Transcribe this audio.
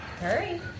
Hurry